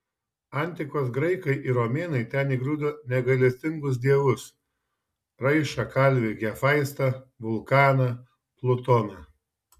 antikos graikai ir romėnai ten įgrūdo negailestingus dievus raišą kalvį hefaistą vulkaną plutoną